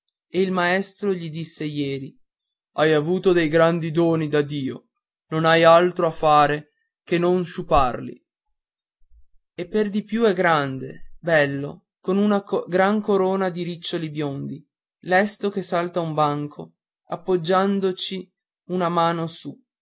lui il maestro gli disse ieri hai avuto dei grandi doni da dio non hai altro da fare che non sciuparli e per di più è grande bello con una gran corona di riccioli biondi lesto che salta un banco appoggiandovi una mano su